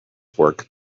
work